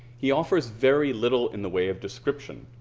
he offers very little in the way of description